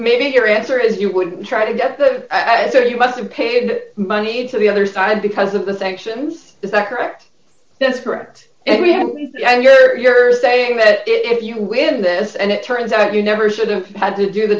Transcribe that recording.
maybe your answer is you would try to get that ad so you must've paid money to the other side because of the sanctions is that correct yes correct and we have and you're saying that if you were in this and it turns out you never should have had to do the